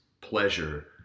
pleasure